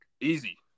Easy